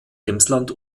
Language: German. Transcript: emsland